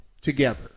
together